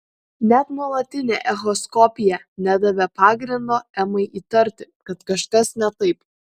net nuolatinė echoskopija nedavė pagrindo emai įtarti kad kažkas ne taip